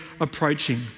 approaching